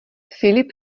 filip